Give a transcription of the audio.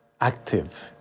active